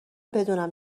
بدونم